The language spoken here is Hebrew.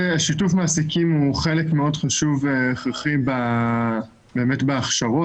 ואנחנו מאוד נשמח לשיתוף פעולה.